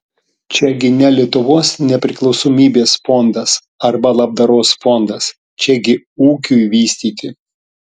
čiagi ne lietuvos nepriklausomybės fondas arba labdaros fondas čiagi ūkiui vystyti